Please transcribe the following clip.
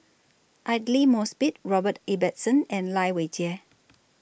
Aidli Mosbit Robert Ibbetson and Lai Weijie